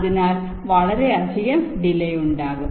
അതിനാൽ വളരെയധികം ഡിലെ ഉണ്ടാകും